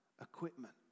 equipment